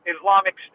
Islamic